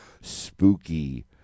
spooky